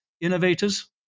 innovators